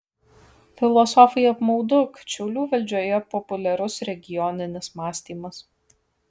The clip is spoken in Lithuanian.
filosofui apmaudu kad šiaulių valdžioje populiarus regioninis mąstymas